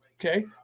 okay